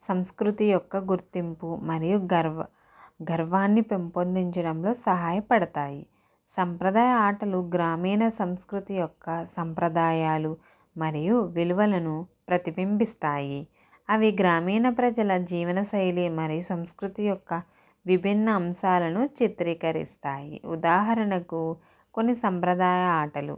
సంస్కృతి యొక్క గుర్తింపు మరియు గర్వ గర్వాన్ని పెంపొందించడంలో సహాయ పడతాయి సాంప్రదాయ ఆటలు గ్రామీణ సంస్కృతి యొక్క సాంప్రదాయాలు మరియు విలువలను ప్రతిబింబిస్తాయి అవి గ్రామీణ ప్రజల జీవన శైలి మరియు సంస్కృతి యొక్క విభిన్న అంశాలను చిత్రీకరిస్తాయి ఉదాహరణకు కొన్ని సాంప్రదాయ ఆటలు